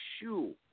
shoe